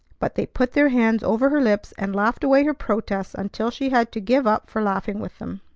but they put their hands over her lips, and laughed away her protests until she had to give up for laughing with them.